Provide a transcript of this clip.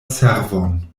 servon